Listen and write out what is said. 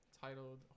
titled